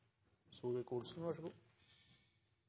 – vær så god.